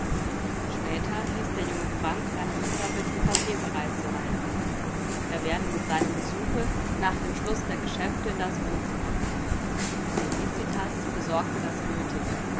später ließ der junge frank seine mutter bitten kaffee bereit zu halten er werde mit seinem besuche nach dem schluß der geschäfte in das wohnzimmer kommen felicitas besorgte das nötige